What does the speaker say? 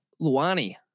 Luani